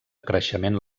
creixement